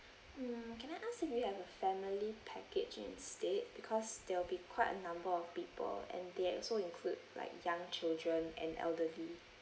mm can I ask if you have a family package instead because there'll be quite a number of people and they also include like young children and elderly